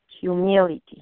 humility